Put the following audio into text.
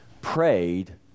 prayed